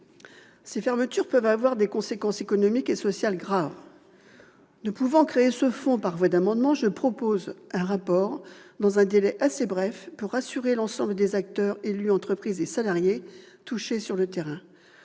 Ces fermetures peuvent avoir des conséquences économiques et sociales graves. Ne pouvant créer ce fonds par voie d'amendement, je propose la remise d'un rapport dans un délai assez bref, afin de rassurer l'ensemble des acteurs- élus, entreprises et salariés -touchés sur le terrain.